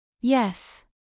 Yes